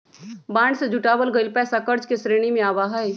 bond से जुटावल गइल पैसा कर्ज के श्रेणी में आवा हई